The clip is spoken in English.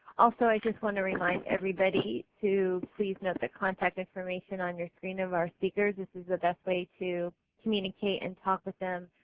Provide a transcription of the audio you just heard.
also i just want to remind everybody to please note the contact information on your screen of our speakers this is the best way to communicate and talk with them